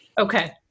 Okay